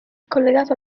collegato